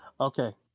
Okay